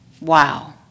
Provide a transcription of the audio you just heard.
Wow